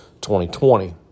2020